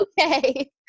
okay